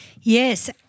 Yes